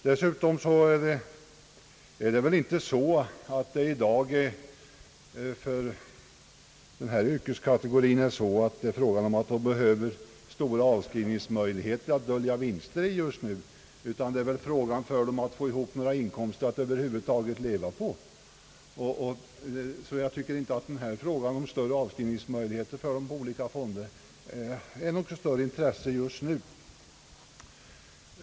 Dessutom behöver väl denna yrkeskategori just i dag inte några stora avskrivningsmöjligheter för att plöja ned vinster, utan det gäller väl för denna yrkeskategori att få ihop inkomster som det över huvud taget går att leva på. Jag tycker alltså inte att frågan om större avskrivningsmöjligheter för fiskarbefolkningen genom olika fonder har något större intresse just nu.